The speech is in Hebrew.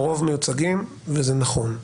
הרוב מיוצגים וזה נכון.